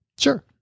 Sure